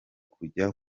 kujya